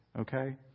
Okay